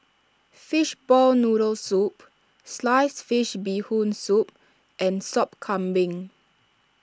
Fishball Noodle Soup Sliced Fish Bee Hoon Soup and Sop Kambing